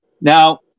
now